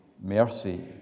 mercy